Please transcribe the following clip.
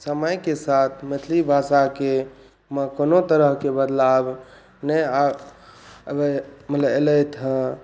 समयके साथ मैथिली भाषाके कोनो तरहके बदलाव नहि आबै मतलब अएलै हँ